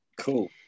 cool